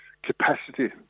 capacity